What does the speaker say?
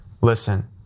Listen